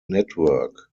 network